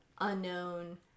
Unknown